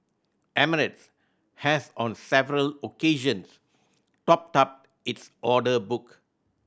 emirates has on several occasions topped up its order book